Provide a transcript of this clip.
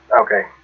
Okay